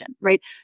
right